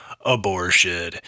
abortion